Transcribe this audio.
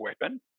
weapon